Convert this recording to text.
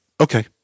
Okay